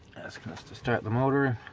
asking us to start the motor